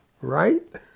right